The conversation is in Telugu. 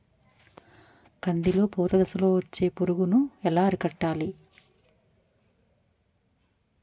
కందిలో పూత దశలో వచ్చే పురుగును ఎలా అరికట్టాలి?